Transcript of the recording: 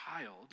child